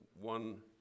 one